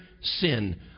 sin